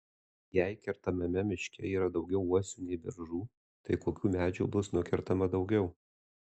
jei kertamame miške yra daugiau uosių nei beržų tai kokių medžių bus nukertama daugiau